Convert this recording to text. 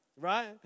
right